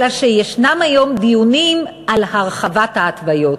אלא שישנם היום דיונים על הרחבת ההתוויות,